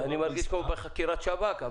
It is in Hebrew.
אני מרגיש כמו בחקירת שב"כ.